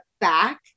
back